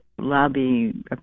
lobby